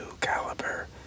caliber